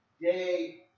day